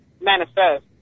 manifest